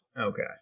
Okay